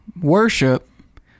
worship